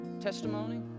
testimony